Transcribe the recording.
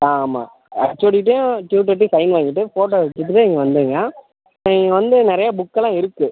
ஆ ஆமாம் ஹச்சோடிகிட்டயும் டியூட்டர்கிட்டயும் சைன் வாங்கிட்டு ஃபோட்டோ எடுத்துகிட்டு இங்கே வந்துவிடுங்க இங்கே வந்து நிறைய புக்கெல்லாம் இருக்குது